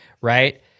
right